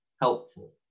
helpful